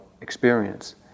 experience